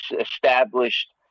established